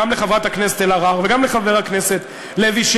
גם לחברת הכנסת אלהרר וגם לחבר הכנסת לוי,